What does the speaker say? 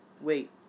wait